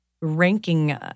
ranking